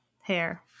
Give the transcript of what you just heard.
hair